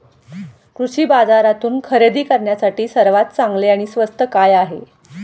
कृषी बाजारातून खरेदी करण्यासाठी सर्वात चांगले आणि स्वस्त काय आहे?